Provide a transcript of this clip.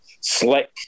Slick